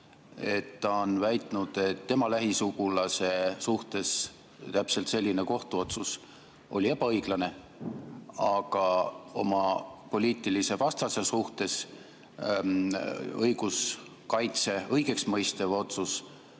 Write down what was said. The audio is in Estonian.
ta on väitnud, et tema lähisugulase suhtes täpselt selline kohtuotsus oli ebaõiglane, aga oma poliitilise vastase suhtes õiguskaitse õigeksmõistev otsus